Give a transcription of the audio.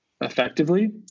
effectively